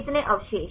कितने अवशेष